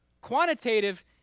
Quantitative